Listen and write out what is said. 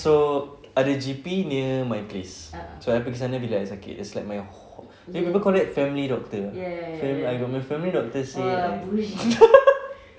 so ada G_P near my place so I pergi sana masa I sakit so that's like my wh~ people call that family doctor ah I got my family doctor say I